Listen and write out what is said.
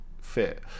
fit